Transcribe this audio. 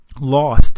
lost